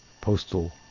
postal